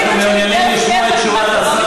אנחנו מעוניינים לשמוע את תשובת השר,